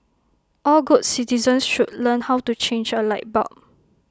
all good citizens should learn how to change A light bulb